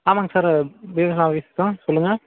ஆமாங்க sir BSNL office தான் சொல்லுங்கள்